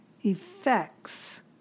effects